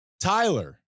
Tyler